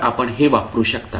तर आपण हे वापरू शकता